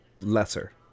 lesser